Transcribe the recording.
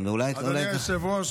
התרבות והספורט.